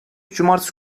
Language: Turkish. cumartesi